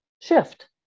shift